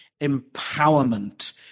empowerment